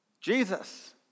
Jesus